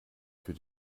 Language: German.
für